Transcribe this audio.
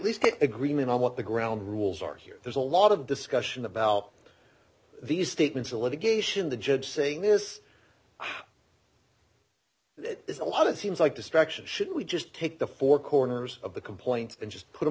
least get agreement on what the ground rules are here there's a lot of discussion about these statements a litigation the judge saying this it's a lot of seems like destruction should we just take the four corners of the complaints and just put